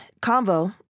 convo